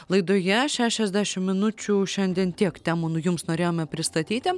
laidoje šešiasdešim minučių šiandien tiek temų nu jums norėjome pristatyti